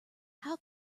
how